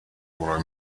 what